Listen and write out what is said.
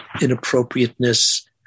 inappropriateness